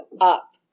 up